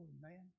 man